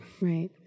right